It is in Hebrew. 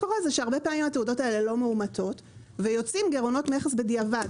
שהרבה פעמים התעודות האלה לא מאומתות ויוצאים גירעונות מכס בדיעבד.